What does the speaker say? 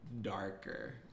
darker